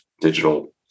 digital